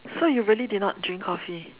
so you really did not drink Coffee